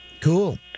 Cool